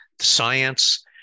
science